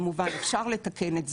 כמובן אפשר לתקן את זה,